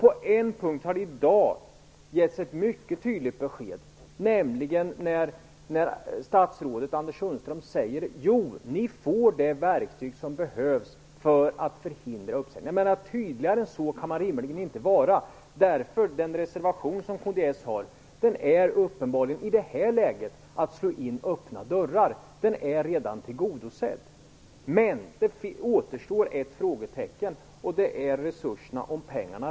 På en punkt har det i dag getts ett mycket tydligt besked, nämligen när statsrådet Anders Sundström sade: Jo, ni får det verktyg som behövs för att förhindra uppsägningar. Tydligare än så kan man rimligen inte vara. Den reservation kds har skrivit innebär uppenbarligen i det här läget bara att man slår in öppna dörrar. Den är redan tillgodosedd. Men det återstår ett frågetecken. Det gäller resurserna.